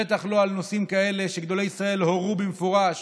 בטח לא על נושאים כאלה שגדולי ישראל הורו במפורש